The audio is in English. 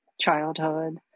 childhood